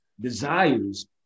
desires